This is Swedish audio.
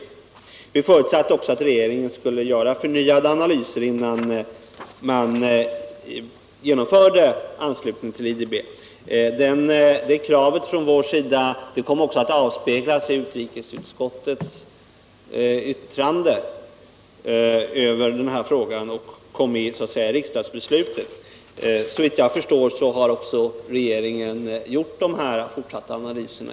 Vi förutsatte vidare att regeringen skulle göra förnyade analyser innan man beslöt sig för en anslutning till IDB. Våra krav kom också att avspegla sig i utrikesutskottets yttrande i den här frågan och kom med i riksdagsbeslutet. Såvitt jag förstår har också regeringen gjort dessa fortsatta analyser.